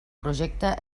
projecte